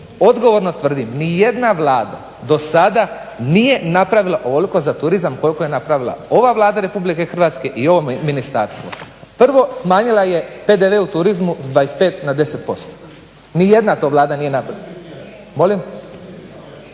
Odgovorno tvrdim nijedna Vlada dosada nije napravila ovoliko za turizam koliko je napravila ova Vlada Republike Hrvatske i ovo ministarstvo. Prvo, smanjila je PDV u turizmu s 25 na 10%. Nijedna to Vlada nije napravila. …